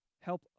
help